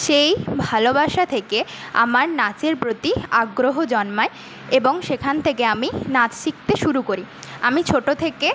সেই ভালোবাসা থেকে আমার নাচের প্রতি আগ্রহ জন্মায় এবং সেখান থেকে আমি নাচ শিখতে শুরু করি আমি ছোটো থেকে